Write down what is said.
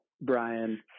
Brian